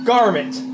Garment